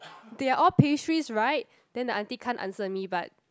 they are all pastries right then the auntie can't answer me but